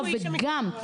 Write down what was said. הוא איש המקצוע.